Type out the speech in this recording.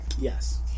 Yes